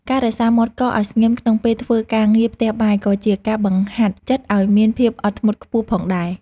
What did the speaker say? ការរក្សាមាត់កឱ្យស្ងៀមក្នុងពេលធ្វើការងារផ្ទះបាយក៏ជាការបង្ហាត់ចិត្តឱ្យមានភាពអត់ធ្មត់ខ្ពស់ផងដែរ។